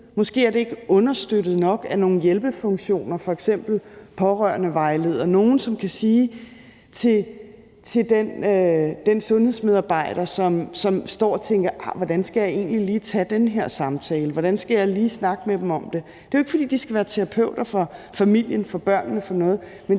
Måske er det ikke understøttet nok af nogle hjælpefunktioner, f.eks. pårørendevejledere, nogle, som kan sige noget til den sundhedsmedarbejder, som står og tænker, hvordan man egentlig lige skal tage den her samtale, hvordan man lige skal snakke med dem om det. Det er jo ikke, fordi de skal være terapeuter for familien, for børnene, men de